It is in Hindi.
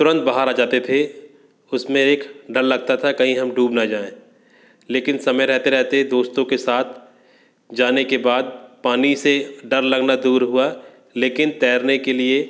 तुरंत बहार आ जाते थे उसमें एक डर लगता था कही हम डूब ना जाएं लेकिन समय रहते रहते दोस्तों के साथ जाने के बाद पानी से डर लगना दूर हुआ लेकिन तैरने के लिए